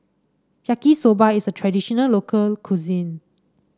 Yaki Soba is a traditional local cuisine